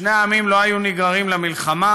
שני העמים לא היו נגררים למלחמה,